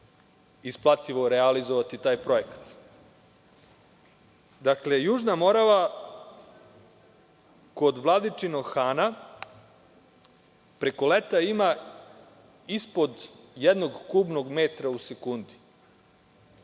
isplativo realizovati taj projekat. Dakle, Južna Morava kod Vladičinog Hana preko leta ima ispod jednog kubnog metra u sekundi.